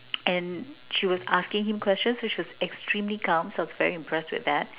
and she was asking him questions and she was extremely calm so I was very impressed with that